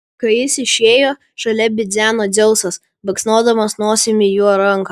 kai jis išėjo šalia bidzeno dzeusas baksnodamas nosimi jo ranką